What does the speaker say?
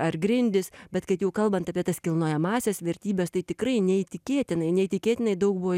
ar grindys bet kad jau kalbant apie tas kilnojamąsias vertybes tai tikrai neįtikėtinai neįtikėtinai daug buvo